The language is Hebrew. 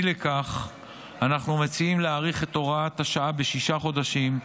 אי לכך אנחנו מציעים להאריך את הוראת השעה בשישה חודשים,